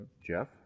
Jeff